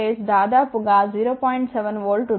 7 volt ఉంటుంది